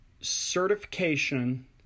certification